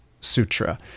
sutra